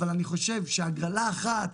אבל אני חושב שהגרלה אחת,